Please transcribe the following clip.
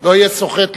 לא יהיה סוחט.